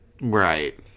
right